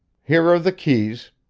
here are the keys.